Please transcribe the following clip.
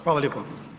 Hvala lijepo.